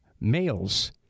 males